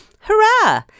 Hurrah